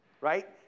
right